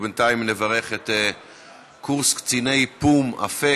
ובינתיים נברך את קורס קציני פו"ם אפק,